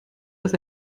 dass